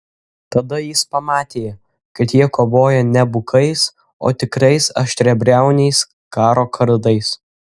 tada jis pamatė kad jie kovoja ne bukais o tikrais aštriabriauniais karo kardais